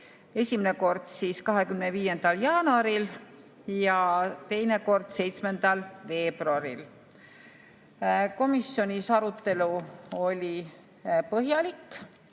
esimene kord 25. jaanuaril ja teine kord 7. veebruaril. Komisjonis oli arutelu põhjalik,